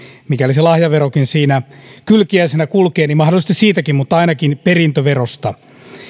mikäli se lahjaverokin siinä kylkiäisenä kulkee mahdollisesti siitäkin mutta ainakin perintöverosta